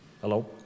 Hello